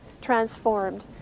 transformed